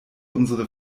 unsere